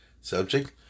subject